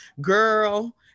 girl